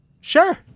Sure